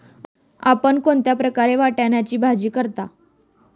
आपण कोणत्या प्रकारे वाटाण्याची भाजी करता?